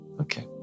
Okay